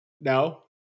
no